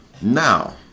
Now